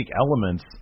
elements